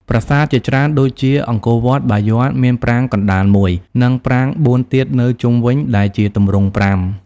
ប្រាសាទជាច្រើន ដូចជាអង្គរវត្ត បាយ័ន មានប្រាង្គកណ្តាលមួយ និងប្រាង្គបួនទៀតនៅជុំវិញ ដែលជាទម្រង់ប្រាំ។